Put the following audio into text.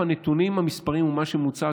הנתונים המספריים או מה שמוצג,